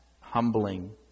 humbling